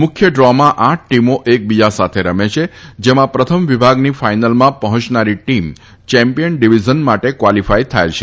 મુખ્ય ડ્રોમાં આઠ ટીમો એકબીજા સાથે રમે છે જેમાં પ્રથમ વિભાગની ફાઇનલમાં પહોંચનારી ટીમ ચેમ્પયન ડિવીઝન માટે ક્વાલીફાય થાય છે